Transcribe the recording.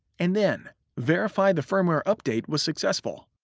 and then verify the firmware update was successful.